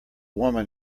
woman